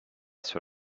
sur